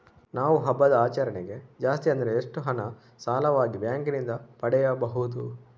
ನಾವು ಹಬ್ಬದ ಆಚರಣೆಗೆ ಜಾಸ್ತಿ ಅಂದ್ರೆ ಎಷ್ಟು ಹಣ ಸಾಲವಾಗಿ ಬ್ಯಾಂಕ್ ನಿಂದ ಪಡೆಯಬಹುದು?